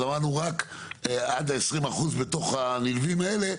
אז אמרנו רק עד 20 אחוז בתוך הנלווים האלה,